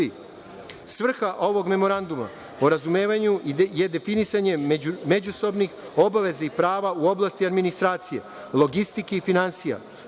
ovog Memoranduma o razumevanju je definisanje međusobnih obaveza i prava u oblasti administracije, logistike i finansija,